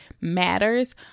matters